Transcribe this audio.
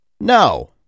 No